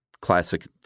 classic